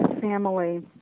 family